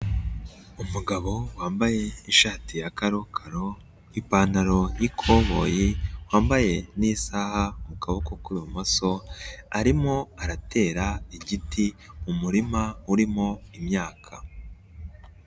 Umugabo wambaye ishati ya karokaro, ipantaro y'ikoboye, wambaye n'isaha mu kuboko k'ibumoso arimo aratera igiti umurima urimo imyaka.